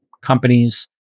companies